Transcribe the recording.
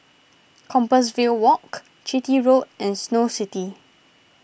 Compassvale Walk Chitty Road and Snow City